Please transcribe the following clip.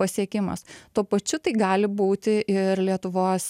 pasiekimas tuo pačiu tai gali būti ir lietuvos